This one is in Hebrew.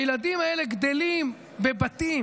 הילדים האלה גדלים בבתים